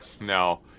No